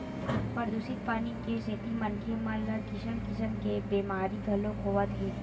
परदूसित पानी के सेती मनखे मन ल किसम किसम के बेमारी घलोक होवत हे